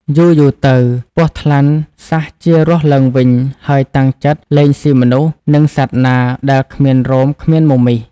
យូរៗទៅពស់ថ្លាន់សះជារស់ឡើងវិញហើយតាំងចិត្ដលែង ស៊ីមនុស្ស និងសត្វណាដែលគ្មានរោមគ្មានមមីស។